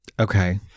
Okay